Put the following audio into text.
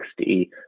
60